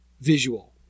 visual